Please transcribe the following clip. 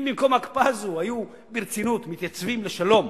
אם במקום ההקפאה הזו היו מתייצבים ברצינות לשלום,